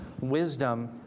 wisdom